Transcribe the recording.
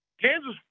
Kansas